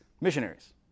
missionaries